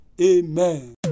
Amen